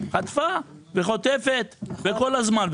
היא חטפה וחוטפת כל הזמן.